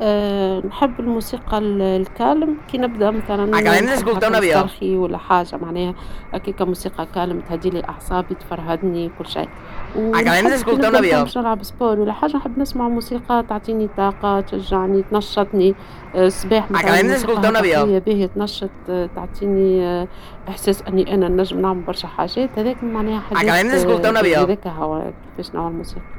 نحب الموسيقى الهادئة ، كي نبدى مثلا نحب هكا نسترخي ولا حاجة معناها ، هكاكا الموسيقى الهادئة تهديلي أعصابي وتفرهدني وكل شيء ، ونحب كي نبدى نلعب رياضة ولا حاجة ، نحب نسمع موسيقى تعطيني طاقة ، تشجعني ، تنشطني ، الصباح مثلا موسيقى هكا قوية باهية تنشطني تعطيني احساس أني أنا نجم نعمل برشا حاجات باهية ، هذاك هو باش نعمل موسيقى.